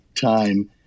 time